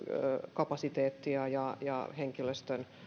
kapasiteettia ja ja henkilöstön